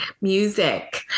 music